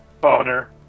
Boner